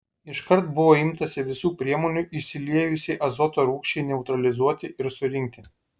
iškart buvo imtasi visų priemonių išsiliejusiai azoto rūgščiai neutralizuoti ir surinkti